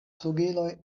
flugiloj